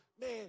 Man